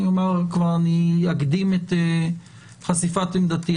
אני אקדים את חשיפת עמדתי,